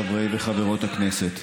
חברי וחברות הכנסת,